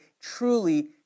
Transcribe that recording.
truly